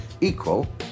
equal